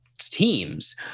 teams